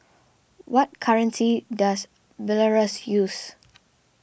what currency does Belarus use